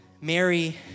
Mary